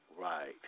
Right